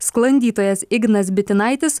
sklandytojas ignas bitinaitis